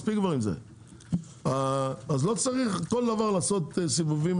מספיק כבר עם זה, לא צריך כל דבר לעשות סיבובים